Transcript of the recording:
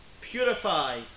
Purify